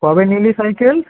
কবে নিলি সাইকেল